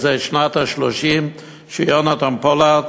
זו השנה ה-30 שיונתן פולארד